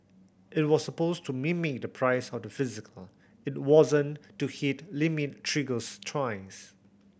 it was supposed to mimic the price of the physical it wasn't to hit limit triggers twice